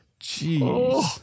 Jeez